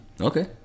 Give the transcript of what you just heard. Okay